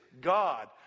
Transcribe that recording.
God